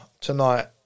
tonight